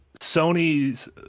Sony's